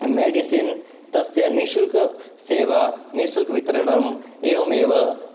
medicine तस्य निश्शुल्कसेवा निश्शुल्कवितरणम् एवमेव